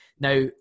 Now